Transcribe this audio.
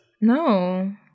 No